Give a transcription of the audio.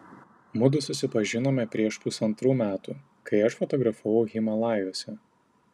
mudu susipažinome prieš pusantrų metų kai aš fotografavau himalajuose